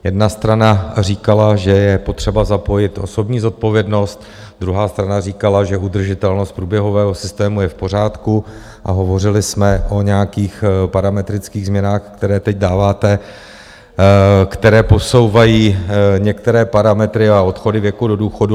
Jedna strana říkala, že je potřeba zapojit osobní zodpovědnost, druhá strana říkala, že udržitelnost průběhového systému je v pořádku a hovořili jsme o nějakých parametrických změnách, které teď dáváte, které posouvají některé parametry a odchody věku do důchodu.